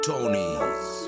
Tony's